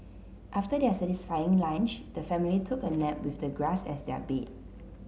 after their satisfying lunch the family took a nap with the grass as their bed